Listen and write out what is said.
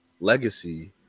legacy